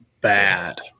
Bad